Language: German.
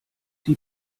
die